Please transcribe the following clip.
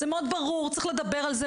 זה מאוד ברור צריך לדבר על זה.